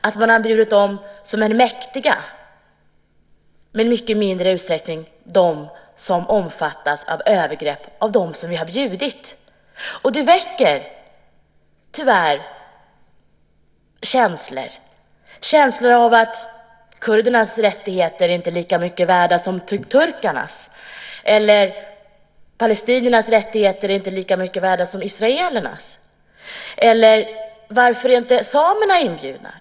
Men man har bjudit de som är mäktiga och i mycket mindre utsträckning de som omfattas av övergrepp av dem som vi har bjudit. Det väcker tyvärr känslor av att kurdernas rättigheter inte är lika mycket värda som turkarnas eller att palestiniernas rättigheter inte är lika mycket värda som israelernas. Varför är inte samerna inbjudna?